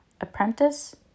Apprentice